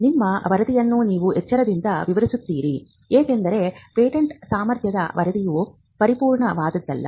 ನಿಮ್ಮ ವರದಿಯನ್ನು ನೀವು ಎಚ್ಚರಿಕೆಯಿಂದ ವಿವರಿಸುತ್ತೀರಿ ಏಕೆಂದರೆ ಪೇಟೆಂಟ್ ಸಾಮರ್ಥ್ಯದ ವರದಿಯು ಪರಿಪೂರ್ಣವಾದದಲ್ಲ